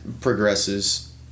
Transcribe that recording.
progresses